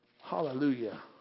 hallelujah